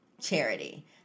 charity